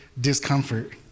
discomfort